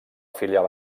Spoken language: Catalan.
filial